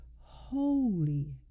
holy